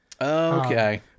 okay